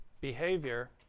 behavior